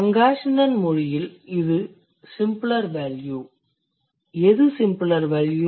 Pangasinan மொழியில் எது simpler value